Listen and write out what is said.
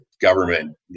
government